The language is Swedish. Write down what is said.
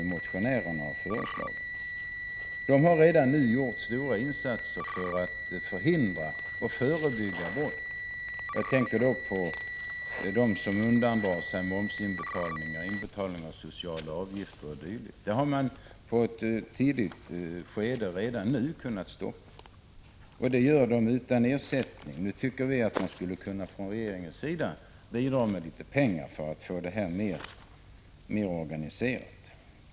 Dessa organisationer har redan gjort stora insatser för att förhindra och förebygga brott. Jag tänker då på fall där det rör sig om att man undandrar sig momsinbetalning, inbetalning av sociala avgifter osv. Sådant har redan hittills i ett tidigt skede kunnat stoppas. Det arbetet utför de här organisationerna utan ersättning. Vi tycker att regeringen skulle kunna bidra med litet pengar för att få verksamheten mer organiserad.